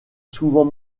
souvent